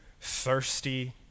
thirsty